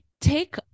take